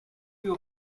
you